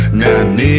now